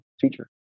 teacher